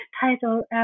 title